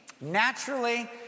naturally